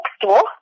bookstore